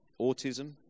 autism